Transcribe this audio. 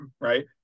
right